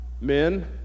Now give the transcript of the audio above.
Men